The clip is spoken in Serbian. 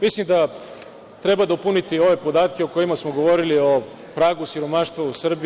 Mislim da treba dopuniti ove podatke o kojima smo govorili, o pragu siromaštva u Srbiji.